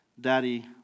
Daddy